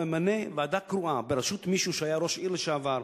אתה ממנה ועדה קרואה בראשות מישהו שהיה ראש עיר לשעבר,